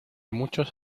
muchos